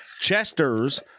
Chester's